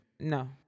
no